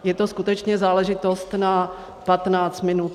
Je to skutečně záležitost na 15 minut.